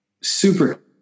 super